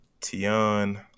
Tian